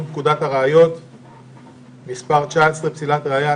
פקודת הראיות (מס' 19) (פסילת ראיה),